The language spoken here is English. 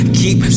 keep